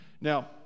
Now